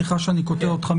סליחה שאני קוטע אותך.